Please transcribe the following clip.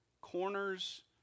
corners